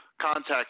contact